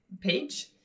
page